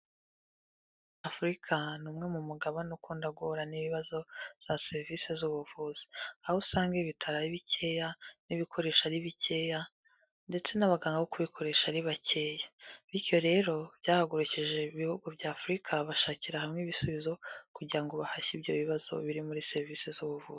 Afurika ni umwe mu mugabane ukunda guhura n'ibibazo ba serivisi z'ubuvuzi, aho usanga ibitro ari bikeya n'ibikoresho ari bikeya ndetse n'abaganga bo kukoresha ari bakeya, bityo rero byahagurukije ibihugu bya Afurika bashakira hamwe ibisubizo kugira ngo bahashye ibyo bibazo biri muri serivisi z'ubuvuzi.